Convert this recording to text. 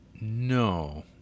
No